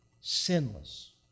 sinless